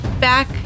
back